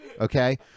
Okay